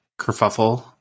kerfuffle